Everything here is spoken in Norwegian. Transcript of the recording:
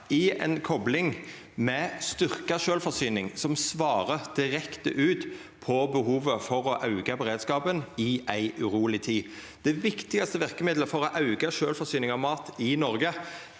i ei kopling med styrkt sjølvforsyning, som svarar direkte på behovet for å auka beredskapen i ei uroleg tid. Det viktigaste verkemiddelet for å auka sjølvforsyninga av mat i Noreg